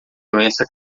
doença